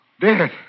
Dead